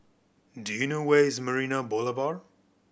do you know where is Marina Boulevard